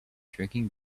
drinking